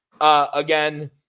again